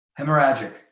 hemorrhagic